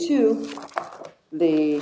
to the